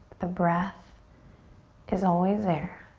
the breath is always there.